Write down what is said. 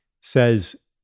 says